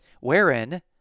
wherein